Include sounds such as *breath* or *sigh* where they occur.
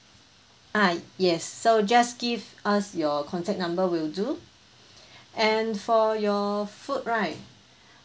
ah yes so just give us your contact number will do *breath* and for your food right